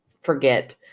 forget